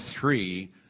three